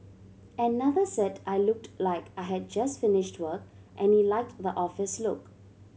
another said I looked like I had just finished work and he liked the office look